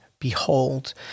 Behold